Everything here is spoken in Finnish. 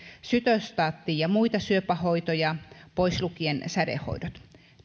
sytostaatti ja muita syöpähoitoja pois lukien sädehoidot